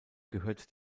gehört